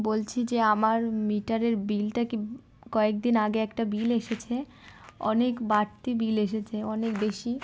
বলছি যে আমার মিটারের বিলটা কি কয়েক দিন আগে একটা বিল এসেছে অনেক বাড়তি বিল এসেছে অনেক বেশি